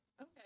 Okay